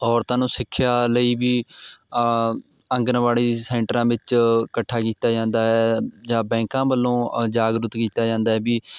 ਔਰਤਾਂ ਨੂੰ ਸਿੱਖਿਆ ਲਈ ਵੀ ਆਂਗਨਵਾੜੀ ਸੈਂਟਰਾਂ ਵਿੱਚ ਕੱਠਾ ਕੀਤਾ ਜਾਂਦਾ ਹੈ ਜਾਂ ਬੈਂਕਾਂ ਵੱਲੋਂ ਜਾਗਰੂਤ ਕੀਤਾ ਜਾਂਦਾ ਹੈ ਵੀ